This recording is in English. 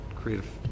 creative